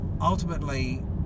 ultimately